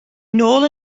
nôl